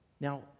Now